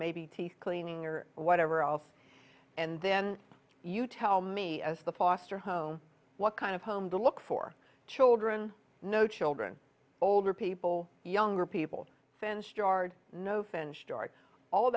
maybe teeth cleaning or whatever else and then you tell me as the foster home what kind of home to look for children no children older people younger people fenced yard